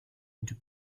into